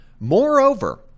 Moreover